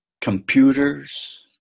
computers